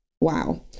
wow